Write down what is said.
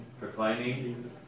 Proclaiming